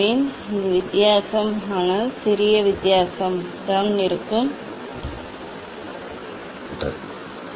ஒன்று இருக்க வேண்டும் வித்தியாசம் ஆனால் சிறிய வித்தியாசம் இருக்கும் சிறிய வித்தியாசம் இருக்கும்